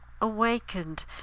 awakened